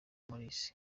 maurice